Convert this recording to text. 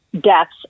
deaths